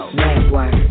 network